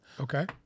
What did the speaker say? Okay